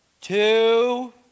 Two